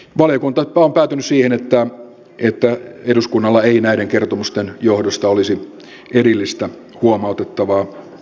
valiokunta on päätynyt siihen että eduskunnalla ei näiden kertomusten johdosta olisi erillistä huomautettavaa